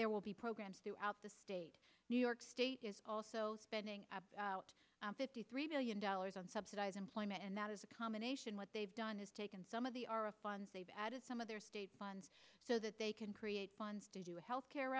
there will be programs throughout the state new york state is also spending out fifty three billion dollars on subsidize employment and that is a combination what they've done is taken some of the our of funds they've added some of their state funds so that they can create funds to do health care